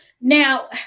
Now